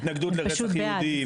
הם פשוט בעד,